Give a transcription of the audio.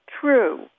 true